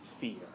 fear